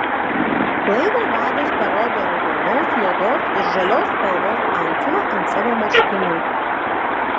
laivo vadas parodė raudonos juodos ir žalios spalvos antsiuvą ant savo marškinių